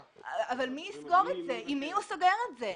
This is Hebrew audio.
אבל עם מי הוא סוגר את זה?